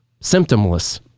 symptomless